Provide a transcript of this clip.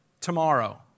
tomorrow